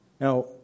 Now